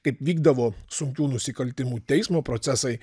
kaip vykdavo sunkių nusikaltimų teismo procesai